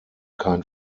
kein